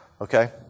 Okay